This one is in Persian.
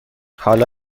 حالا